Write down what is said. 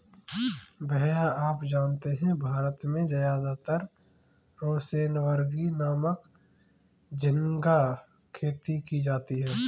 भैया आप जानते हैं भारत में ज्यादातर रोसेनबर्गी नामक झिंगा खेती की जाती है